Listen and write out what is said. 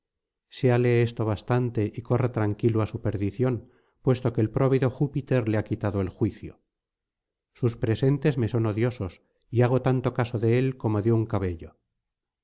séale esto bastante y corra tranquilo á su perdición puesto que el próvido júpiter le ha quitado el juicio sus presentes me son odiosos y hago tanto caso de él como de un cabello